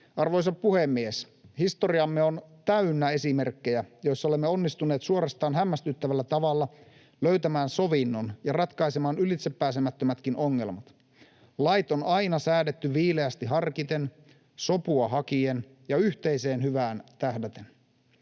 Arvoisa puhemies! Historiamme on täynnä esimerkkejä, joissa olemme onnistuneet suorastaan hämmästyttävällä tavalla löytämään sovinnon ja ratkaisemaan ylitsepääsemättömätkin ongelmat. Lait on aina säädetty viileästi harkiten, sopua hakien ja yhteiseen hyvään tähdäten.